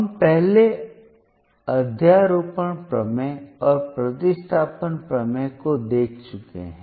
हम पहले अध्यारोपण प्रमेय और प्रतिस्थापन प्रमेय को देख चुके हैं